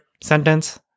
sentence